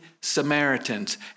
Samaritans